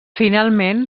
finalment